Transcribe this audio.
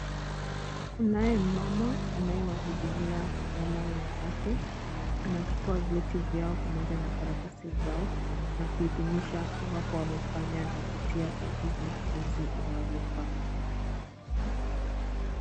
Kunaye mama anayewahudumia wamama wenzake, anachukua vitu vyao pamoja na karatasi zao na kuidhinisha iwapo wamefanya na kutia sahihi jinsi inavyofaa.